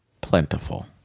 plentiful